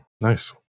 nice